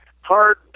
hard